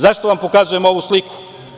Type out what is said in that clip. Zašto vam pokazujem ovu sliku?